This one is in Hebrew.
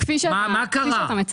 מה קרה?